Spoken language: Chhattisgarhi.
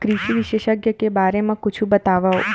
कृषि विशेषज्ञ के बारे मा कुछु बतावव?